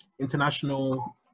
international